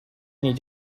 need